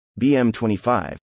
BM25